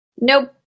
Nope